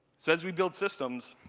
so as we build systems,